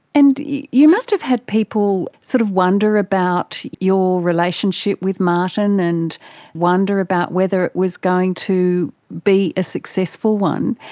and you must have had people sort of wonder about your relationship with martin and wonder about whether it was going to be a successful one.